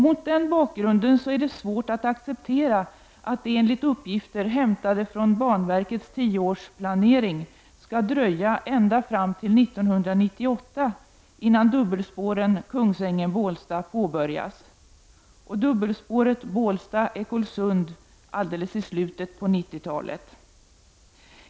Mot den bakgrunden är det svårt att acceptera att det enligt uppgifter, hämtade från banverkets tioårsplanering, skall dröja ända fram till 1998 innan dubbelspåret Kungsängen-Bålsta påbörjas. Och dubbelspåret Bålsta-Ekolsund skall påbörjas alldeles i slutet på 90-talet.